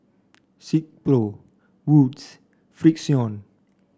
Silkpro Wood's Frixion